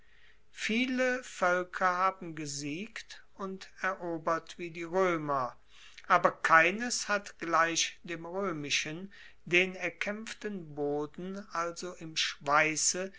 viele voelker haben gesiegt und erobert wie die roemer aber keines hat gleich dem roemischen den erkaempften boden also im schweisse